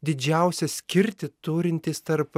didžiausią skirtį turintys tarp